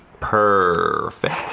perfect